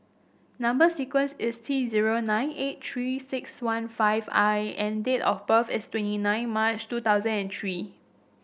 number sequence is T zero nine eight Three six one five I and date of birth is twenty nine March two thousand and three